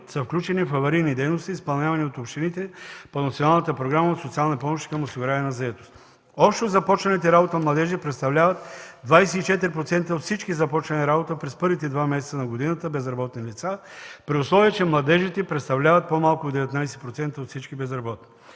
са включени в аварийни дейности, изпълнявани от общините по Националната програма „От социални помощи към осигуряване на заетост”. Общо започналите работа младежи представляват 24% от всички започнали работа през първите два месеца на годината безработни лица при условие, че младежите представляват по-малко от 19% от всички безработни.